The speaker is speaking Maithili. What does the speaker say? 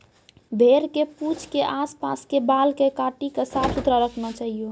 भेड़ के पूंछ के आस पास के बाल कॅ काटी क साफ सुथरा रखना चाहियो